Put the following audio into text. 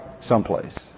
someplace